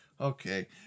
Okay